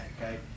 okay